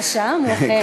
השעה מאוחרת.